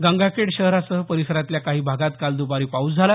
गंगाखेड शहरासह परिसरातल्या काही भागात काल दुपारी पाऊस झाला